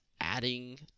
adding